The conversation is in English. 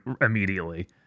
immediately